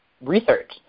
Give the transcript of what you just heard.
research